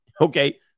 Okay